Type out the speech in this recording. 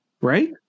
Right